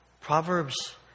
Proverbs